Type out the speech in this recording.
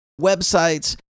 websites